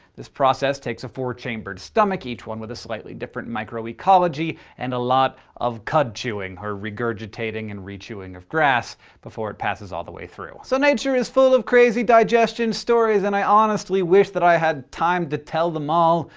this process takes a four-chambered stomach each one with a slightly different microecology and a lot of cud-chewing, or regurgitating and re-chewing of grass before it passes all the way through. so, nature is full of crazy digestion stories, and i honestly wish that i had time to tell them all.